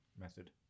method